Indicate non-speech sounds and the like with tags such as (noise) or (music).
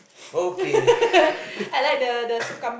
okay (laughs)